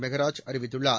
மெகராஜ் அறிவித்துள்ளார்